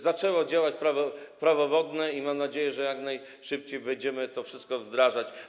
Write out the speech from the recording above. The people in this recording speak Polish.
Zaczęło działać Prawo wodne i mam nadzieję, że jak najszybciej będziemy to wszystko wdrażać.